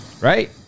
Right